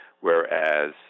Whereas